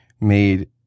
made